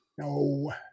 No